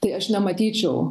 tai aš nematyčiau